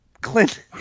Clint